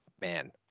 man